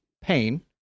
pain